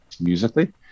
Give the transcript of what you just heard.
musically